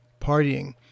partying